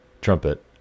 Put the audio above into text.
trumpet